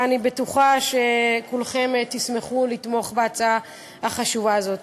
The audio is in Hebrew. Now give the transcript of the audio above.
ואני בטוחה שכולכם תשמחו לתמוך בהצעה החשובה הזו.